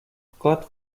вклад